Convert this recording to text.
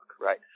Right